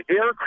Air